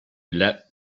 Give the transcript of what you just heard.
let